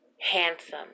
Handsome